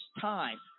time